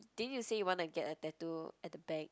didn't you say you wanna get a tattoo at the back